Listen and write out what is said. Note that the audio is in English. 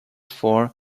for